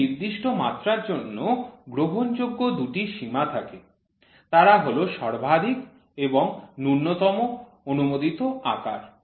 একটি নির্দিষ্ট মাত্রার জন্য গ্রহণযোগ্য দুটি সীমা থাকে তারা হল সর্বাধিক এবং ন্যূনতম অনুমোদিত আকার